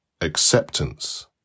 acceptance